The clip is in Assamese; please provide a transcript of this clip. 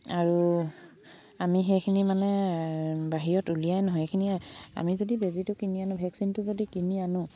আৰু আমি সেইখিনি মানে বাহিৰত উলিয়াই নহয় সেইখিনি আমি যদি বেজিটো কিনি আনো ভেকচিনটো যদি কিনি আনো